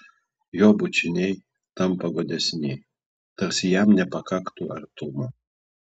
jo bučiniai tampa godesni tarsi jam nepakaktų artumo